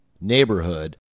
neighborhood